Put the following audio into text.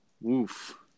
Woof